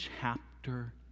chapter